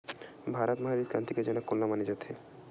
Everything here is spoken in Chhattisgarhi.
भारत मा हरित क्रांति के जनक कोन ला माने जाथे?